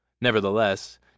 Nevertheless